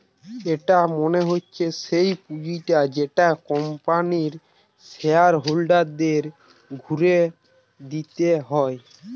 এটা মনে হচ্ছে সেই পুঁজিটা যেটা কোম্পানির শেয়ার হোল্ডারদের ঘুরে দিতে হয়